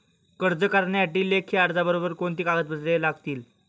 कर्ज करण्यासाठी लेखी अर्जाबरोबर कोणती कागदपत्रे लागतील?